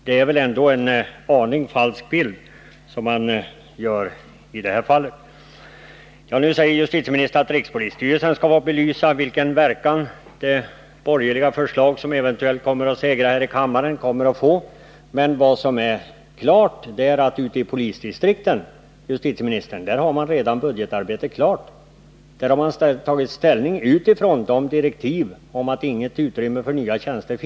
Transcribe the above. Det är väl ändå att ge en bild som är en aning falsk! Nu säger justitieministern att rikspolisstyrelsen skall belysa vilken verkan det borgerliga förslag som eventuellt kommer att segra här i kammaren får. Men ute i polisdistrikten har man redan budgetarbetet klart, herr justitieminister. Där har man tagit ställning med utgångspunkt i direktiven om att det inte finns något utrymme för nya tjänster.